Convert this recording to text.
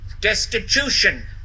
Destitution